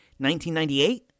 1998